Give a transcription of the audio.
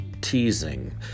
teasing